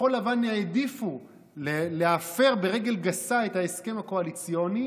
כחול לבן העדיפו להפר ברגל גסה את ההסכם הקואליציוני